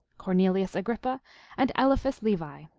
cornelius agrippa and eliphas levi.